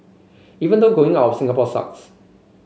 even though going out of Singapore sucks